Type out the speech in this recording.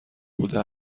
بوده